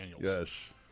Yes